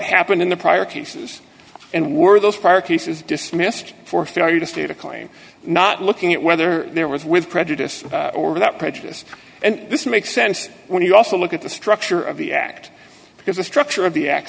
happened in the prior cases and were those prior cases dismissed for florida state a claim not looking at whether there was with prejudice or without prejudice and this makes sense when you also look at the structure of the act because the structure of the act